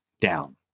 Down